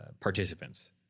participants